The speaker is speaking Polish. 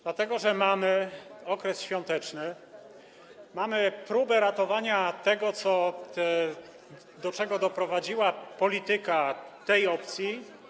Dlatego że mamy okres świąteczny, mamy próbę ratowania tego, do czego doprowadziła polityka tej opcji.